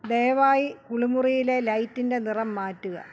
ദയവായി കുളിമുറിയിലെ ലൈറ്റിന്റെ നിറം മാറ്റുക